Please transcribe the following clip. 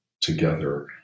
together